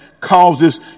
causes